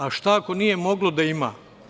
A šta ako nije moglo da ima?